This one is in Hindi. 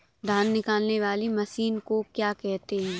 धान निकालने वाली मशीन को क्या कहते हैं?